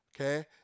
okay